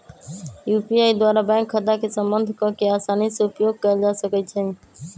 UPI द्वारा bank खता के संबद्ध कऽ के असानी से उपयोग कयल जा सकइ छै